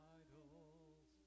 idols